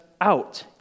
out